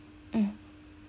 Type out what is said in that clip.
mm